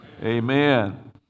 Amen